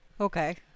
Okay